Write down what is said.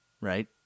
right